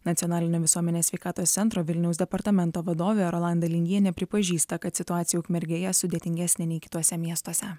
nacionalinio visuomenės sveikatos centro vilniaus departamento vadovė rolanda lingienė pripažįsta kad situacija ukmergėje sudėtingesnė nei kituose miestuose